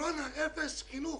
קורונה אפס, חינוך